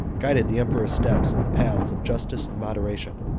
guided the emperor's steps in the paths of justice and moderation.